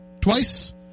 Twice